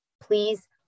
please